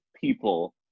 people